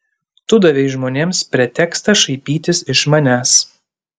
tu davei žmonėms pretekstą šaipytis iš manęs